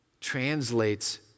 translates